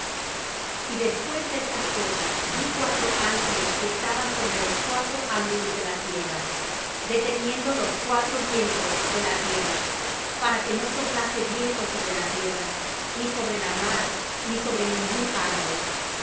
y después de estas cosas vi cuatro ángeles que estaban sobre los cuatro ángulos de la tierra deteniendo los cuatro vientos de la tierra para que no soplase viento sobre la tierra ni sobre la mar ni sobre ningún árbol